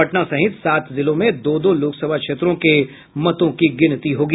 पटना सहित सात जिलों में दो दो लोकसभा क्षेत्रों के मतों की गिनती होगी